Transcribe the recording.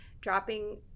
dropping